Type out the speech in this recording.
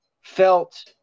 felt